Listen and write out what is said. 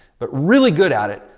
but really good at it.